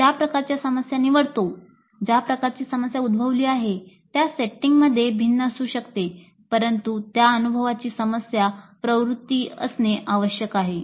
आम्ही ज्या प्रकारच्या समस्या निवडतो ज्या प्रकारची समस्या उद्भवली आहे त्या सेटिंगमध्ये भिन्न असू शकते परंतु त्या अनुभवाची समस्या प्रवृत्ती असणे आवश्यक आहे